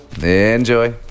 Enjoy